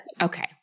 Okay